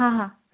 हां हां